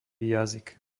jazyk